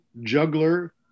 juggler